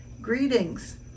Greetings